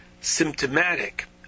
symptomatic